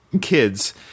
kids